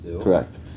correct